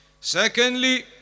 Secondly